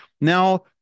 now